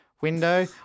Window